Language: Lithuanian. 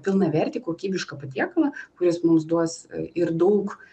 pilnavertį kokybišką patiekalą kuris mums duos ir daug